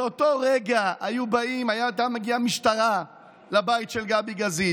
באותו רגע הייתה מגיעה משטרה לבית של גבי גזית.